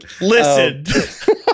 Listen